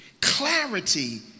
clarity